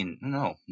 no